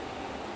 ah